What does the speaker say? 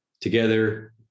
together